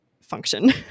function